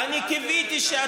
אבל